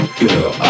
girl